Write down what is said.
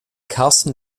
karsten